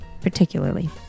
Particularly